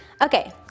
Okay